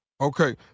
Okay